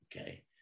Okay